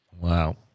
Wow